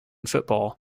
football